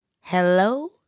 hello